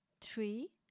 three